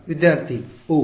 ವಿದ್ಯಾರ್ಥಿ ಓಹ್